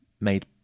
made